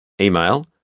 email